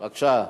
בבקשה.